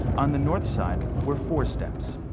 on the north side were four steps,